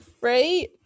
right